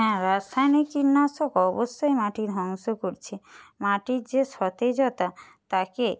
হ্যাঁ রাসায়নিক কীটনাশক অবশ্যই মাটি ধ্বংস করছে মাটির যে সতেজতা তাকে